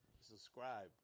Subscribe